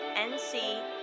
NC